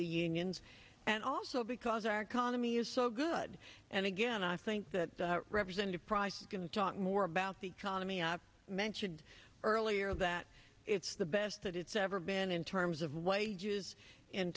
the unions and also because our economy is so good and again i think that representative price is going to talk more about the economy i mentioned earlier that it's the best that it's ever been in terms of wages in